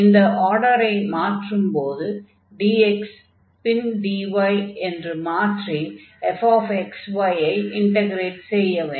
இந்த ஆர்டரை இப்போது dx பின் dy என்று மாற்றி fx y ஐ இன்டக்ரேட் செய்ய வேண்டும்